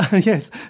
Yes